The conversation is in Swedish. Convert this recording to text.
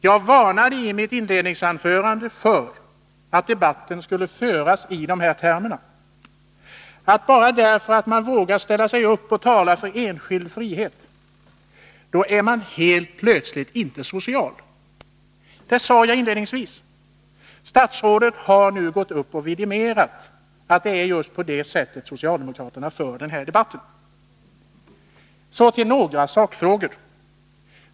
Jag varnade i mitt inledningsanförande för att debatten skulle föras i de här termerna — bara därför att man vågar ställa sig upp och tala för enskild frihet är man helt plötsligt inte social. Statsrådet har nu vidimerat att det är på det sättet som socialdemokraterna för den här debatten. Så till några sakfrågor!